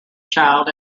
child